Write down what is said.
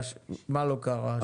מה לא קרה?